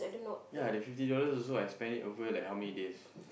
ya the fifty dollar also I spend over like how many days